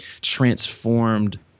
transformed